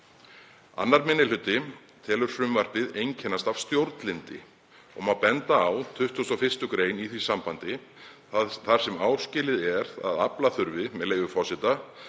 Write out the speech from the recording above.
Annar minni hluti telur frumvarpið einkennast af stjórnlyndi og benda má á 21. gr. í því sambandi þar sem áskilið er að afla þurfi „… leyfis